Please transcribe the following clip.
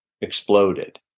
exploded